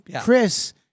Chris